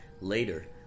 Later